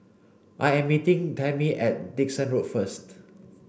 I am meeting Tammy at Dickson Road first